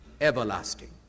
everlasting